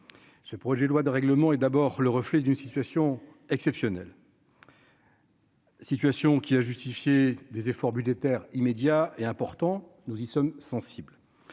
ce projet de loi de règlement et d'abord le reflet d'une situation exceptionnelle. Situation qui a justifié des efforts budgétaires immédiats et importants, nous y sommes sensibles,